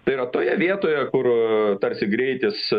tai yra toje vietoje kur tarsi greitis